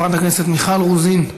חברת הכנסת מיכל רוזין,